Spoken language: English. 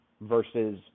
versus